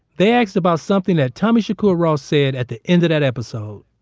they asked about something that tommy shakur ross said at the end of that episode.